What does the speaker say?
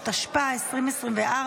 התשפ"ה 2024,